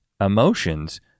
emotions